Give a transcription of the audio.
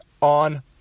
on